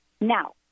Now